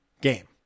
game